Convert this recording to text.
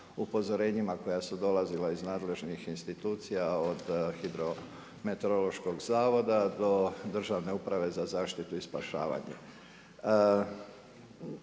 upozorenjima koja su dolazila iz nadležnih institucija od hidrometerološkog zavoda do Državne uprave za zaštitu i spašavanje.